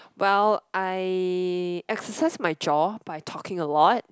well I exercise my job but I talking a lot